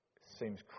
seems